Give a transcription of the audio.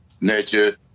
nature